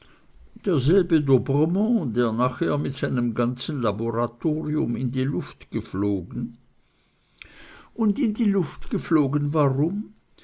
derselbe dobremont der nachher mit seinem ganzen laboratorium in die luft geflogen und in die luft geflogen warum